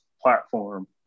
platform